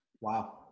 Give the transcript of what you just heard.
Wow